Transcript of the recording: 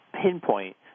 pinpoint